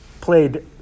played